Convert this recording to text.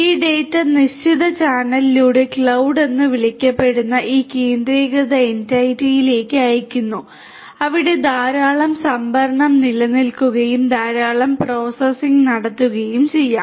ഈ ഡാറ്റ നിശ്ചിത നിശ്ചിത ചാനലിലൂടെ ക്ലൌഡ് എന്ന് വിളിക്കപ്പെടുന്ന ഈ കേന്ദ്രീകൃത എന്റിറ്റിയിലേക്ക് അയയ്ക്കുന്നു അവിടെ ധാരാളം സംഭരണം നിലനിൽക്കുകയും ധാരാളം പ്രോസസ്സിംഗ് നടത്തുകയും ചെയ്യാം